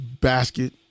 basket